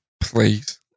Please